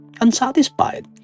unsatisfied